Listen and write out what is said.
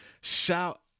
Shout